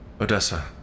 Odessa